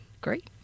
great